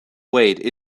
weighed